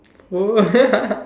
!whoa!